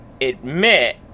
admit